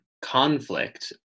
conflict